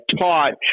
taught